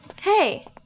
Hey